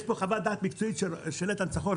יש פה חוות דעת מקצועית של איתן צחור,